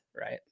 Right